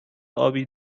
آبی